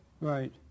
Right